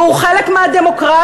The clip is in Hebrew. והוא חלק מהדמוקרטיה.